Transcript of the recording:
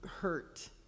hurt